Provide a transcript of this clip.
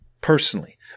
personally